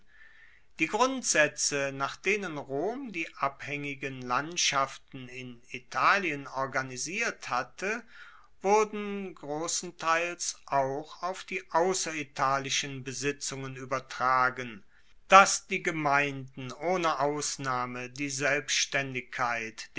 die grundsaetze nach denen rom die abhaengigen landschaften in italien organisiert hatte wurden grossenteils auch auf die ausseritalischen besitzungen uebertragen dass die gemeinden ohne ausnahme die selbstaendigkeit